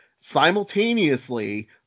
simultaneously